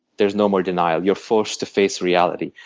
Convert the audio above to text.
there's no more denial. you're forced to face reality.